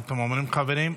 מה אתם אומרים, חברים?